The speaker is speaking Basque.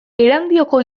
erandioko